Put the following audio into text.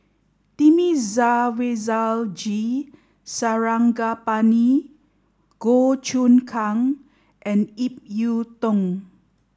Thamizhavel G Sarangapani Goh Choon Kang and Ip Yiu Tung